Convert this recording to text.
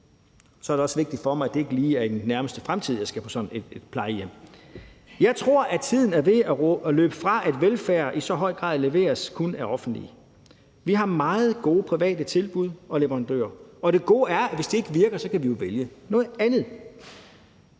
så er det også vigtigt for mig, at det ikke lige er i den nærmeste fremtid, jeg skal på sådan et plejehjem. Jeg tror, tiden er ved at løbe fra, at velfærd i så høj grad leveres af det offentlige. Vi har meget gode private tilbud og leverandører, og det gode er, at hvis de ikke virker, kan vi jo vælge noget andet.